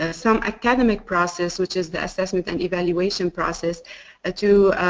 ah some academic process which is the assessment and evaluation process ah to